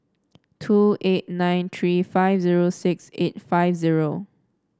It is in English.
two eight nine three five zero six eight five zero